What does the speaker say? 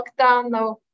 lockdown